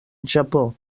japó